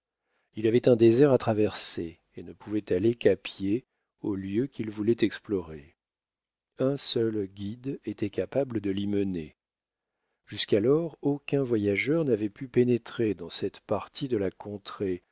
il avait un désert à traverser et ne pouvait aller qu'à pied au lieu qu'il voulait explorer un seul guide était capable de l'y mener jusqu'alors aucun voyageur n'avait pu pénétrer dans cette partie de la contrée